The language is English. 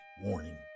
Warning